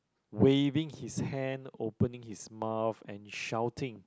waving his hand opening his mouth and shouting